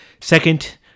Second